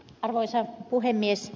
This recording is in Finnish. arvoisa puhemies